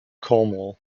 cornwall